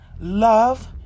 love